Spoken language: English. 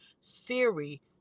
Siri